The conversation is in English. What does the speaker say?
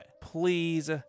please